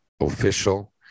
official